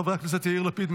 חברי הכנסת יאיר לפיד,